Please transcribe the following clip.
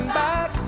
back